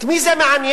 את מי זה מעניין